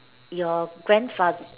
your grandfather